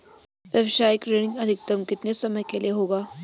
व्यावसायिक ऋण अधिकतम कितने समय के लिए होगा?